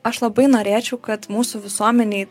aš labai norėčiau kad mūsų visuomenėj